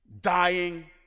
dying